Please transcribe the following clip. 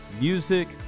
music